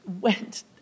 went